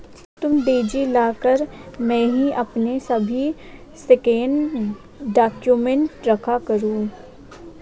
तुम DigiLocker में ही अपने सभी स्कैंड डाक्यूमेंट रखा करो